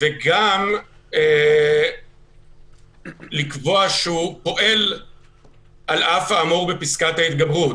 וגם לקבוע שהוא פועל על אף האמור בפסקת ההתגברות.